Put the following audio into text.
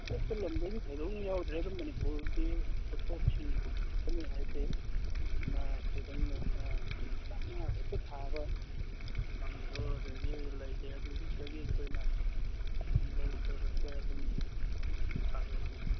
ꯑꯇꯣꯞ ꯂꯝꯗꯩꯗꯤ ꯊꯣꯛꯗꯣꯛꯅ ꯌꯥꯎꯗ꯭ꯔꯦ ꯑꯗꯨ ꯃꯅꯤꯄꯨꯔꯒꯤ ꯄꯣꯠꯊꯣꯛꯁꯤꯡ ꯍꯥꯏꯕꯁꯦ ꯀꯧꯅꯥꯁꯦ ꯑꯗꯨꯝ ꯑꯥ ꯀꯧꯅꯥ ꯈꯛꯇ ꯊꯥꯕ ꯂꯃꯁꯨ ꯑꯗꯒꯤ ꯂꯩꯖꯩ ꯑꯗꯨꯗꯒꯤ ꯑꯩꯈꯣꯏꯅ ꯂꯧꯖꯔꯒ ꯑꯗꯨꯝ ꯁꯥꯖꯕꯅꯤ